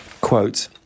Quote